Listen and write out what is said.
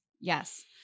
Yes